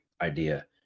idea